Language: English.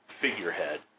figurehead